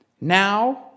now